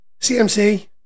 CMC